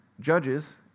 Judges